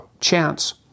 chance